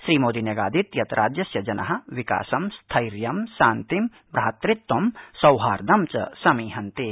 श्रीमोदी न्यगादीत् यत् राज्यस्य जना विकासं स्थर्टी शान्तिंथ्रातृत्वं सौहार्दं च समीहन्ते